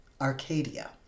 Arcadia